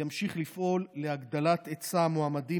ימשיך לפעול להגדלת היצע המועמדים